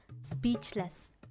speechless